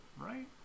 right